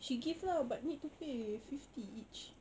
she give lah but need to pay fifty each